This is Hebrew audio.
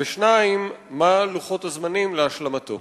2. מהם לוחות הזמנים להשלמתו?